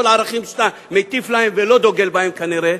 כל הערכים שאתה מטיף להם ולא דוגל בהם כנראה,